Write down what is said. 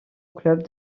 club